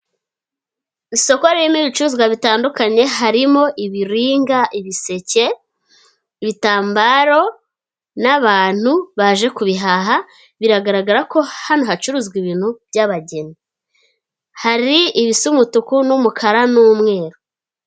Isoko ririmo ibicuruzwa bitandukanye harimo ibiringa, ibiseke, ibitambaro n'abantu baje kubihaha, biragaragara ko hano hacuruzwa ibintu by'abageni, hari ibisa umutuku n'umukara n'umweru.